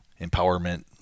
empowerment